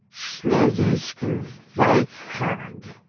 schlesischer weichquarg